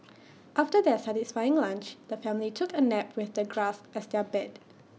after their satisfying lunch the family took A nap with the grass as their bed